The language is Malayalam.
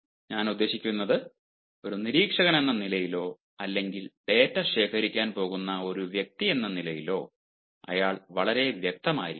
ഞാൻ ഉദ്ദേശിക്കുന്നത് ഒരു നിരീക്ഷകനെന്ന നിലയിലോ അല്ലെങ്കിൽ ഡാറ്റ ശേഖരിക്കാൻ പോകുന്ന ഒരു വ്യക്തിയെന്ന നിലയിലോ അയാൾ വളരെ വ്യക്തമായിരിക്കണം